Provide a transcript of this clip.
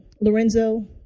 Lorenzo